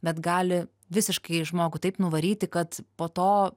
bet gali visiškai žmogų taip nuvaryti kad po to